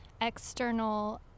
external